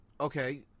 Okay